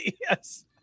Yes